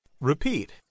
Repeat